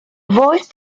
voiced